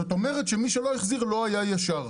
זאת אומרת שמי שלא החזיר לא היה ישר.